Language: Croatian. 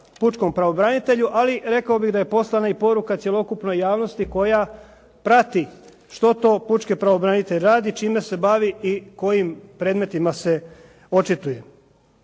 pučkom pravobranitelju, ali rekao bih da je poslana i poruka cjelokupnog javnosti koja prati što to pučki pravobranitelj radi, čime se bavi i kojim predmetima se očituje.